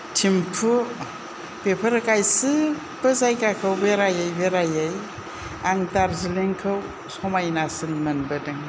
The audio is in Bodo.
थिम्फु बेफोरो गासैबो जायगाखौ बेरायै बेरायै आं दार्जिलींखौ समायनासिन मोनबोदों